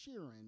Sheeran